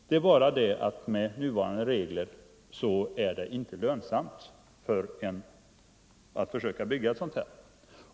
Det är bara det att med nuvarande regler är det inte lönsamt att försöka bygga ett sådant fartyg.